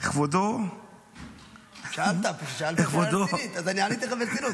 כבודו --- שאלת ושאלת שאלה רצינית,